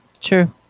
true